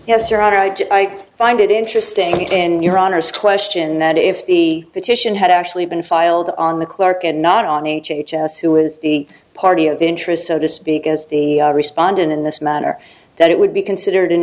just i find it interesting in your honour's question that if the petition had actually been filed on the clarke and not on h h s who was the party of interest so to speak as the respondent in this manner that it would be considered an